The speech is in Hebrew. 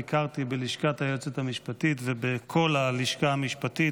ביקרתי בלשכת היועצת המשפטית ובכל הלשכה המשפטית,